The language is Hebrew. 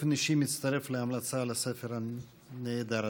באופן אישי, מצטרף להמלצה על הספר הנהדר הזה.